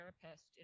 therapist